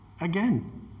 again